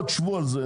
שבו על זה.